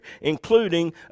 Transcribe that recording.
including